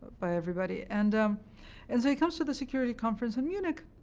by everybody. and um and so he comes to the security conference in munich